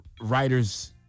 writers